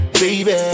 baby